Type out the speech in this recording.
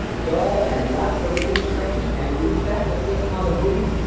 dol, and laugh'd within those trenches, and grew fat with thinking on the booties,